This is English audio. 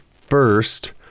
First